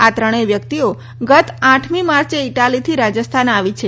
આ ત્રણેય વ્યક્તિઓ ગત આઠમી માર્ચે ઇટાલીથી રાજસ્થાન આવી છે